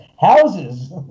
Houses